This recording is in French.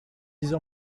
heures